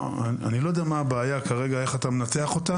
אני לא יודע איך אתה מנתח את הבעיה.